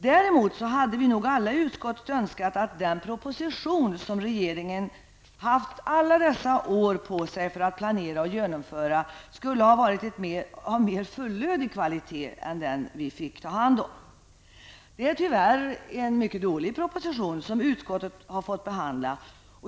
Däremot hade vi nog alla i utskottet önskat att den proposition som regeringen haft alla dessa år på sig att planera och lägga fram, skulle ha varit av en mer fullödig kvalitet än den utskottet fick att behandla. Det är tyvärr en mycket dålig propotision som utskottet fått att behandla.